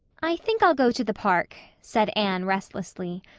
i think i'll go to the park, said anne restlessly.